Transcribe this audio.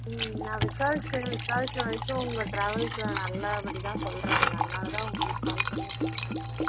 ம் நான் விசாரிச்சேன் விசாரிச்ச வரைக்கும் உங்கள் ட்ராவல்ஸில் நல்லா படி தான் சொல்கிறாங்க அதனால தான் உங்கள்க் கால் பண்ணி புக் பண்ணுறேன்